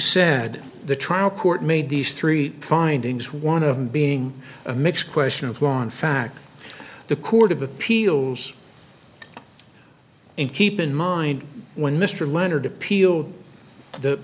said the trial court made these three findings one of them being a mix question of law in fact the court of appeals and keep in mind when mr leonard appealed the